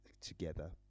together